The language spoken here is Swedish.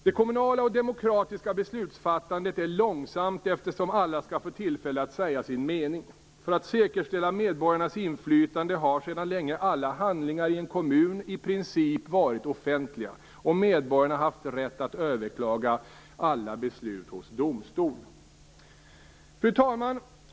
Det kommunala och demokratiska beslutsfattandet är långsamt eftersom alla skall få tillfälle att säga sin mening. För att säkerställa medborgarnas inflytande har sedan länge alla handlingar i en kommun i princip varit offentliga och medborgarna har haft rätt att överklaga alla beslut hos domstol. Fru talman!